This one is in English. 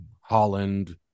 Holland